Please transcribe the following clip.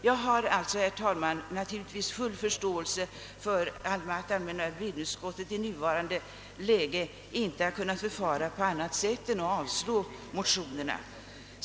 Jag har naturligtvis full förståelse för att allmänna beredningsutskottet i nuvarande läge inte kunnat förfara på annat sätt än att avstyrka motionerna.